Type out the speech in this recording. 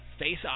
Faceoff